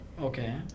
Okay